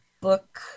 book